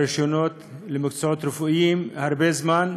ברישיונות למקצועות רפואיים, הרבה זמן.